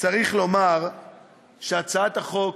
צריך לומר שהצעת החוק